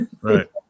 Right